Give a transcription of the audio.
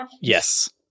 Yes